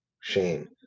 Shame